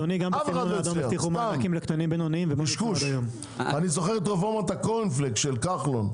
אני זוכר את רפורמת הקרונפלקס של כחלון,